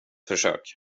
försök